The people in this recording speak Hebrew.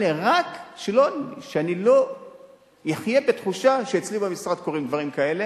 רק שאני לא אחיה בתחושה שאצלי במשרד קורים דברים כאלה,